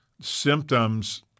symptoms